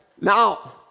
Now